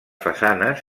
façanes